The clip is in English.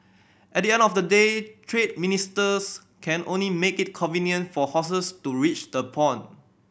at the end of the day trade ministers can only make it convenient for horses to reach the pond